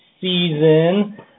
season